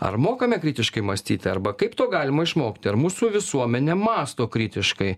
ar mokame kritiškai mąstyti arba kaip to galima išmokti ar mūsų visuomenė mąsto kritiškai